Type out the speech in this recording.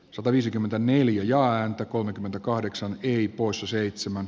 sataviisikymmentäneljä ääntä kolmekymmentäkahdeksan vili poissa seitsemän